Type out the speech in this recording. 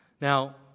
Now